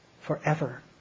forever